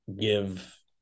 give